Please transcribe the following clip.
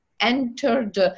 entered